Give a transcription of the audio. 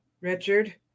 richard